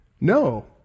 No